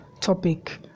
topic